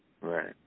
Right